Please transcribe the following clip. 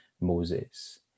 Moses